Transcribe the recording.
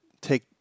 take